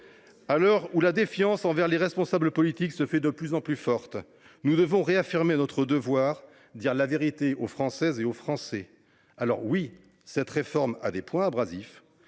À l’heure où la défiance envers les responsables politiques se fait de plus en plus vive, nous devons réaffirmer notre devoir : dire la vérité aux Françaises et aux Français. Oui, certaines des mesures